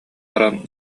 баран